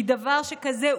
/ כי דבר שכזה,